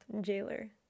Jailer